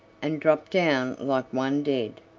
and drop down like one dead,